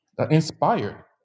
inspired